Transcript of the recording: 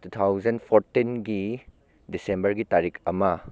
two thousand ꯐꯣꯔꯇꯤꯟꯒꯤ ꯗꯤꯁꯦꯝꯕꯔꯒꯤ ꯇꯥꯔꯤꯛ ꯑꯃ